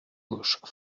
gauche